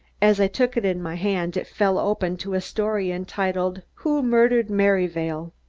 as i took it in my hand it fell open to story entitled, who murdered merryvale?